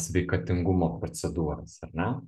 sveikatingumo procedūras ar ne